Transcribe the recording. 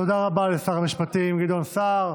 תודה רבה לשר המשפטים גדעון סער.